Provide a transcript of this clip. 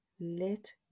let